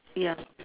ya